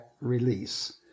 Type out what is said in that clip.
release